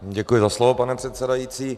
Děkuji za slovo, pane předsedající.